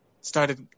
started